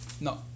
No